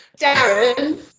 Darren